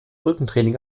rückentraining